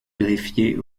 greffier